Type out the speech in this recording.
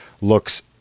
looks